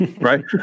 Right